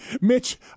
Mitch